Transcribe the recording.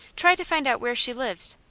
try to find out where she lives.